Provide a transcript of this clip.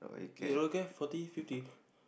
eh okay forty fifty